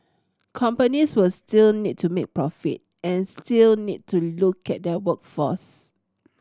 companies will still need to make profit and still need to look at their workforce